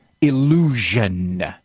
illusion